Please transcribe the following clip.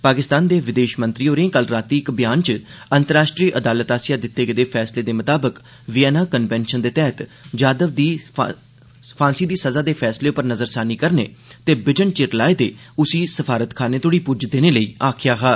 पाकिस्तान दे विदेश मंत्री होरें कल रातीं इक ब्यान च अंतर्राष्ट्री अदालत आसेआ दित्ते गेदे फैसले दे मताबक विएना कन्वेंशन दे तैहत जाधव दी सजा दे फैसले उप्पर नजरसानी करने ते बिजन चिर लाए दे उसी सफारतखाने तोड़ी पुज्ज देने लेई आखेआ हा